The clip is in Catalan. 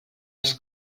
els